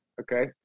Okay